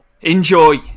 Enjoy